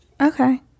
Okay